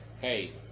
hey